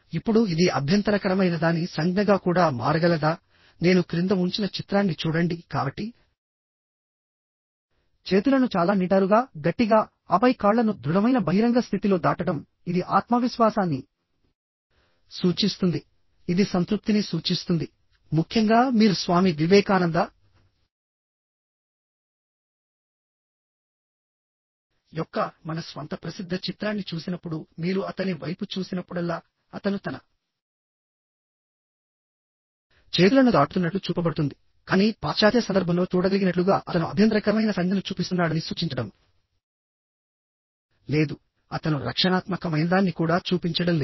ఇప్పుడు ఇది అభ్యంతరకరమైనదాని సంజ్ఞగా కూడా మారగలదా నేను క్రింద ఉంచిన చిత్రాన్ని చూడండి కాబట్టి చేతులను చాలా నిటారుగా గట్టిగా ఆపై కాళ్ళను దృఢమైన బహిరంగ స్థితిలో దాటడం ఇది ఆత్మవిశ్వాసాన్ని సూచిస్తుంది ఇది సంతృప్తిని సూచిస్తుంది ముఖ్యంగా మీరు స్వామి వివేకానంద యొక్క మన స్వంత ప్రసిద్ధ చిత్రాన్ని చూసినప్పుడు మీరు అతని వైపు చూసినప్పుడల్లా అతను తన చేతులను దాటుతున్నట్లు చూపబడుతుంది కానీ పాశ్చాత్య సందర్భంలో చూడగలిగినట్లుగా అతను అభ్యంతరకరమైన సంజ్ఞను చూపిస్తున్నాడని సూచించడం లేదుఅతను రక్షణాత్మకమైనదాన్ని కూడా చూపించడం లేదు